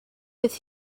bydd